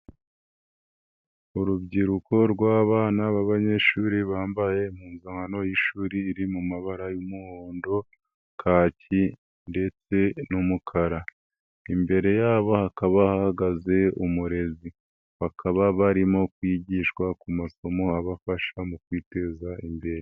Urubyiruko rw'abana b'abanyeshuri bambaye impuzankano y'ishuri iri mu mabara y'umuhondo, kaki ndetse n'umukara, imbere yabo hakaba hahagaze umurezi, bakaba barimo kwigishwa ku masomo abafasha mu kwiteza imbere.